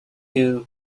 and